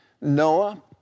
Noah